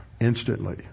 instantly